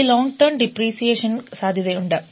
ഈ long time depreciation സാധ്യതയുണ്ട്